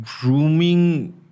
grooming